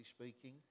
speaking